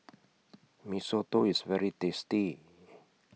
Mee Soto IS very tasty